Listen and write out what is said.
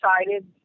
excited